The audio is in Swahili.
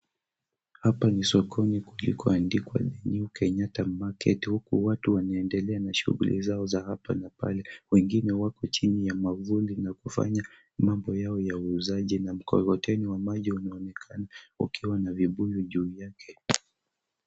Hapa ni sokoni kulikoandikwa, New Kenyatta Market ,huku watu wanaendelea na shughuli zao za hapa na pale ,wengine wako chini ya mwavuli na kufanya mambo yao ya uuzaji, na mkokoteni wa maji unaonekana ukiwa na vibuyu juu yake.